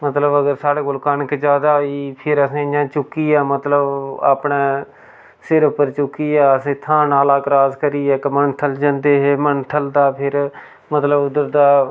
मतलब अगर साढ़े कोल कनक जैदा होई गेई फिर असें इ'यां चुक्कियै मतलब अपने सिर उप्पर चुक्कियै अस इत्थां नाला क्रास करियै मंथल जंदे हे मंथल दा फिर मतलब उद्धर दा